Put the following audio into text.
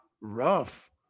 Rough